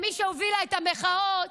כמי שהובילה את המחאות,